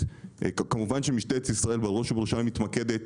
כמובן שמשטרת ישראל בראש ובראשונה מתמקדת